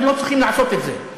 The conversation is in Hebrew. אנחנו לא צריכים לעשות את זה,